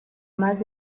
más